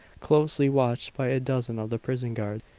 closely watched by a dozen of the prison guards.